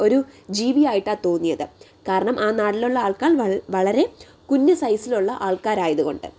ഒരു ജീവിയായിട്ടാണ് തോന്നിയത് കാരണം ആ നാട്ടിലുള്ള ആൾക്കാർ വളരെ കുഞ്ഞു സൈസിലുള്ള ആൾക്കാരായതുകൊണ്ട്